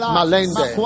Malende